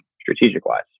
strategic-wise